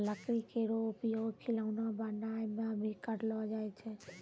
लकड़ी केरो उपयोग खिलौना बनाय म भी करलो जाय छै